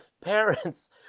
parents